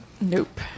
Nope